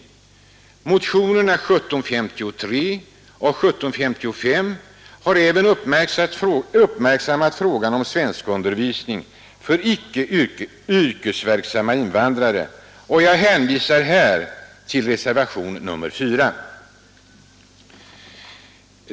I motionerna nr 1753 och 1755 har man även uppmärksammat frågan om svenskundervisning för icke yrkesverksamma invandrare. Jag hänvisar här till reservationen 4.